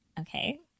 okay